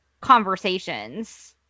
conversations